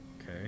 okay